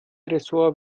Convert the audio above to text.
ressort